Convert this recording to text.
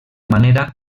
manera